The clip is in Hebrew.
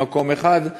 ממקום אחד,